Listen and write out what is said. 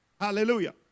Hallelujah